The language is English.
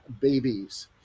babies